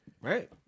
right